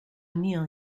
neil